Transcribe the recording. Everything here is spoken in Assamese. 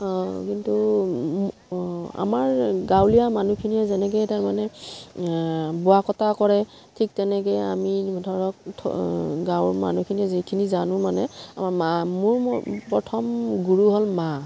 কিন্তু আমাৰ গাঁৱলীয়া মানুহখিনিয়ে যেনেকে তাৰমানে বোৱা কটা কৰে ঠিক তেনেকে আমি ধৰক গাঁৱৰ মানুহখিনিয়ে যিখিনি জানো মানে আমাৰ মা মোৰ প্ৰথম গুৰু হ'ল মা